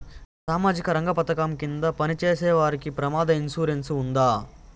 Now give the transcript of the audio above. సామాజిక రంగ పథకం కింద పని చేసేవారికి ప్రమాద ఇన్సూరెన్సు ఉందా?